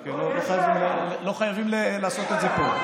רק לא חייבים לעשות את זה פה.